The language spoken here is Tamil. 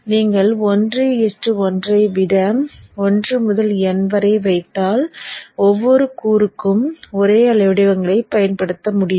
நீங்கள் 1 1 ஐ விட 1 முதல் N வரை வைத்தால் ஒவ்வொரு கூறுக்கும் ஒரே அலை வடிவங்களைப் பயன்படுத்த முடியும்